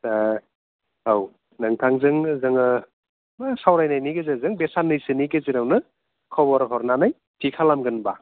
औ नोंथांजों जोङो सावरायनायनि गेजेरजों बे साननैसोनि गेजेरावनो खबर हरनानै थि खालामगोन होनबा